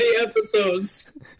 episodes